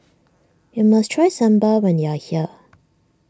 you must try Sambar when you are here